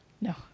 No